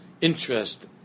interest